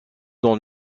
dans